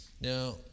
Now